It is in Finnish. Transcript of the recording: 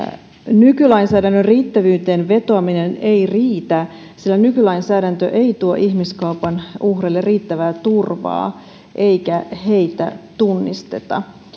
nykylainsäädännön riittävyyteen vetoaminen ei riitä sillä nykylainsäädäntö ei tuo ihmiskaupan uhreille riittävää turvaa eikä heitä tunnisteta